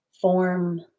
form